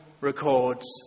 records